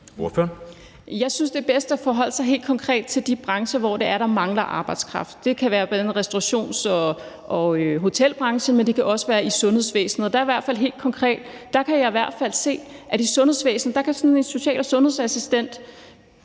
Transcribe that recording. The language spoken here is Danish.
Jeg synes, at det er bedst at forholde sig helt konkret til de brancher, hvor der mangler arbejdskraft. Det kan være bl.a. restaurations- og hotelbranchen, men det kan også være i sundhedsvæsenet, og der kan jeg i hvert fald se, at i sundhedsvæsenet kan sådan en social- og sundhedsassistent,